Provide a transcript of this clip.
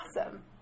Awesome